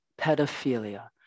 pedophilia